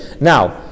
Now